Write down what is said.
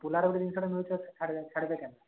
ପୋଲାରେ ଗୋଟିଏ ଜିନିଷଟେ ମିଳୁଛି ଆଉ ଛାଡ଼ିବେ ଛାଡ଼ିବେ କେମିତି